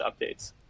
updates